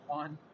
one